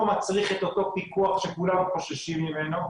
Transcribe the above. מצריך את אותו פיקוח שכולם חוששים ממנו,